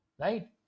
Right